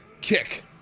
Kick